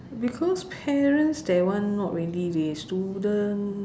because parents that one not really leh students